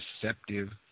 deceptive